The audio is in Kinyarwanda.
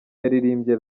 yaririmbye